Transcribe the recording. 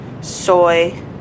soy